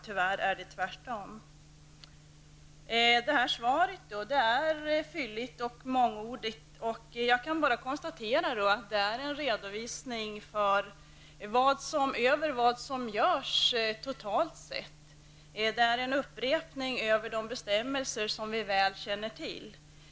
Tyvärr är det tvärtom. Svaret är fylligt och mångordigt. Jag kan bara konstatera att det är en redovisning över vad som görs totalt sett. Det är en upprepning av de bestämmelser som vi väl känner till.